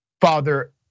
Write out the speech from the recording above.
Father